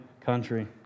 country